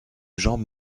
jambe